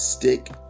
Stick